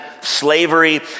slavery